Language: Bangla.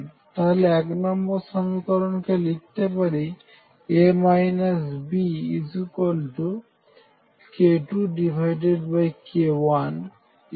তাহলে এক নম্বর সমীকরণকে লিখতে পারি A Bk2k1C